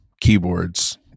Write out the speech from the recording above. keyboards